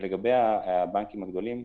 ולגבי הבנקים הגדולים,